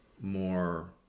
more